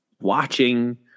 watching